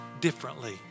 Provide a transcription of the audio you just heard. differently